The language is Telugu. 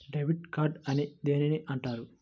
డెబిట్ కార్డు అని దేనిని అంటారు?